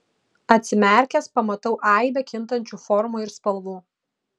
atsimerkęs pamatau aibę kintančių formų ir spalvų